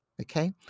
Okay